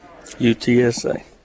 UTSA